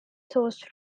sourced